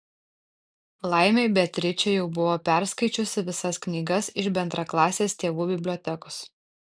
laimei beatričė jau buvo perskaičiusi visas knygas iš bendraklasės tėvų bibliotekos